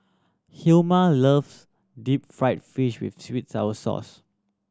Hilmer loves deep fried fish with sweet sour sauce